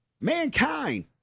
mankind